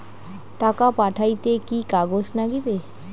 টাকা পাঠাইতে কি কাগজ নাগীবে?